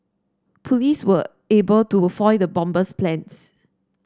police were able to foil the bomber's plans